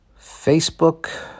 Facebook